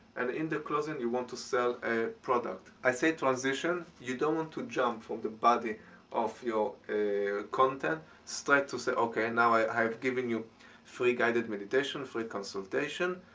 and in the closing, you want to sell a product. i say transition you don't want to jump from the body of your content straight to say okay, now i have given you free guided meditation, free consultation,